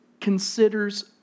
considers